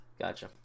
Gotcha